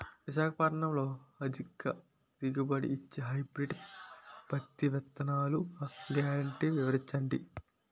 విశాఖపట్నంలో అధిక దిగుబడి ఇచ్చే హైబ్రిడ్ పత్తి విత్తనాలు గ్యారంటీ వివరించండి?